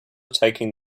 taking